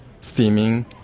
steaming